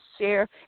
share